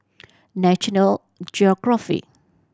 National Geographic